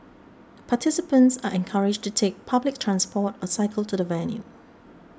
participants are encouraged to take public transport or cycle to the venue